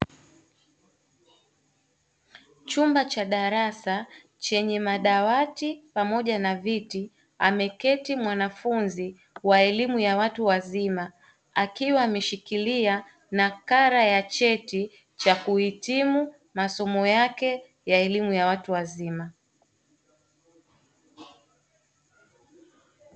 Chumba cha darasa chenye madawati pamoja na viti, ameketi mwanafunzi wa elimu ya watu wazima akiwa ameshikiria nakala ya cheti cha kuhitimu masomo yake ya elimu ya watu wazima.